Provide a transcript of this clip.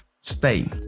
stay